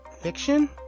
Fiction